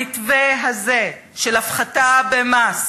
המתווה הזה, של הפחתה במס,